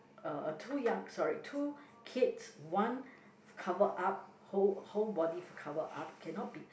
uh uh two young sorry two kids one covered up whole whole body covered up cannot be